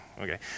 Okay